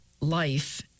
life